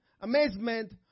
amazement